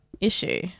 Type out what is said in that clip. issue